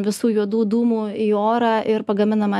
visų juodų dūmų į orą ir pagaminama